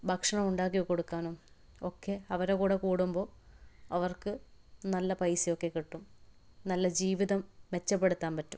ഭക്ഷണം ഉണ്ടാക്കി കൊടുക്കാനും ഒക്കെ അവരുടെ കൂടെ കൂടുമ്പോൾ അവര്ക്ക് നല്ല പൈസയൊക്കെ കിട്ടും നല്ല ജീവിതം മെച്ചപ്പെടുത്താന് പറ്റും